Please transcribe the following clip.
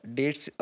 dates